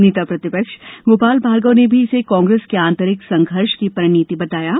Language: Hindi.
नेता प्रतिपक्ष गोपाल भार्गव ने भी इसे कांग्रेस के आंतरिक सघर्ष की परिणति बताया है